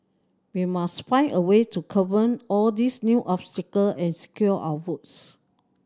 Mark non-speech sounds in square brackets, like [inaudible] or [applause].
we must find a way to [unintelligible] all these new obstacle and secure our votes